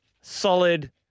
Solid